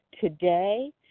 today